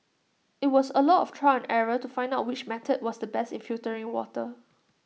IT was A lot of trial error to find out which method was the best in filtering water